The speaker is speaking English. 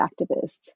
activists